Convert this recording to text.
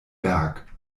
berg